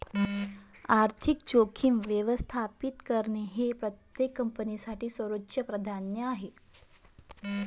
आर्थिक जोखीम व्यवस्थापित करणे हे प्रत्येक कंपनीसाठी सर्वोच्च प्राधान्य आहे